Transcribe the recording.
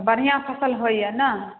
बढ़िआँ फसल होइया ने